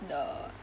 the